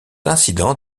incident